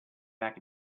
back